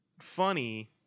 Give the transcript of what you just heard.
funny